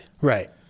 Right